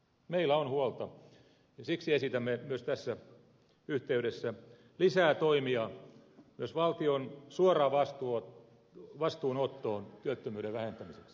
meillä on huolta ja siksi esitämme myös tässä yhteydessä lisää toimia myös valtion suoraan vastuunottoon työttömyyden vähentämiseksi